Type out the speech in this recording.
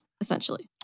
essentially